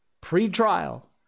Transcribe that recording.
Pre-trial